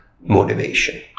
motivation